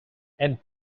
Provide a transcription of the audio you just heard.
and